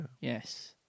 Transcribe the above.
Yes